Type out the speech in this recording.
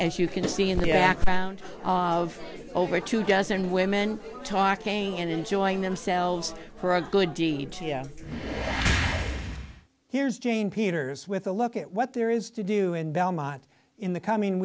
and you can see in the background of over two dozen women talking and enjoying themselves for a good deed here's jane peters with a look at what there is to do in belmont in the coming